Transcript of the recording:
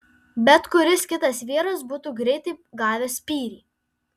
bet kuris kitas vyras būtų greitai gavęs spyrį